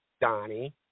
Donnie